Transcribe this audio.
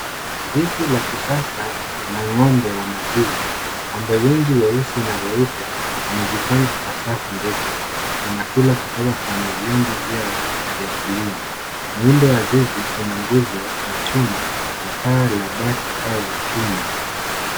Zizi la kisasa la ng'ombe wa maziwa, ng'ombe wengi weusi na weupe wamejipanga kwa safu refu, wanakula kutoka kwenye vyombo vyao vya kulia. Muundo wa zizi una nguzo wa chuma na paa la bati au chuma.